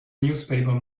newspaper